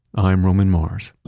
i'm roman mars